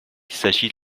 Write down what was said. s’agit